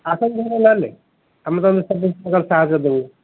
ଆସନ୍ତୁ ନହେଲେ ଆମେ ତୁମକୁ ସବୁ ପ୍ରକାର ସାହାଯ୍ୟ ଦେବୁ